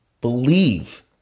believe